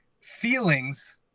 Feelings